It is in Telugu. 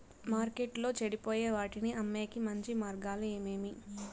మార్కెట్టులో చెడిపోయే వాటిని అమ్మేకి మంచి మార్గాలు ఏమేమి